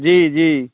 जी जी